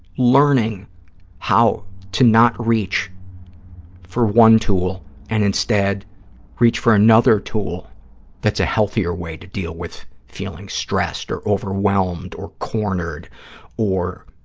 learning how to not reach for one tool and instead reach for another tool that's a healthier way to deal with feeling stressed or overwhelmed or cornered or